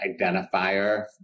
identifier